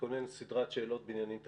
תתכונן לסדרת שאלות בעניינים תקציביים.